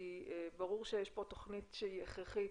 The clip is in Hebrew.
כי ברור שיש פה תוכנית שהיא הכרחית